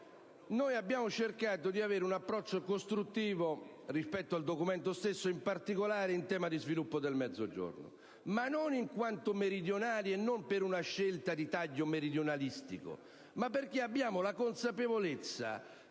Noi abbiamo cercato di avere un approccio costruttivo rispetto al Documento, in particolare in tema di sviluppo del Mezzogiorno, non in quanto meridionali, e non per una scelta di taglio meridionalistico, ma perché abbiamo la consapevolezza